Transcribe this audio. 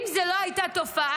אם זו לא הייתה תופעה,